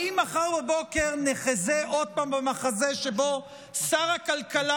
האם מחר בבוקר נחזה עוד פעם במחזה שבו שר הכלכלה